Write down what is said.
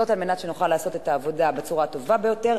וזאת על מנת שנוכל לעשות את העבודה בצורה הטובה ביותר,